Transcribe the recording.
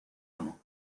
amo